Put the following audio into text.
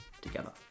together